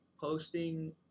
posting